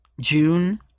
June